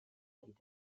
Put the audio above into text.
était